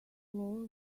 floor